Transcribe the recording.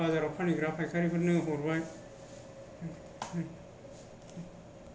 बाजाराव फानहैग्रा फायखारिफोरनो हरबाय